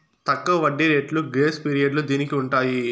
తక్కువ వడ్డీ రేట్లు గ్రేస్ పీరియడ్లు దీనికి ఉంటాయి